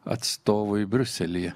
atstovai briuselyje